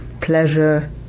pleasure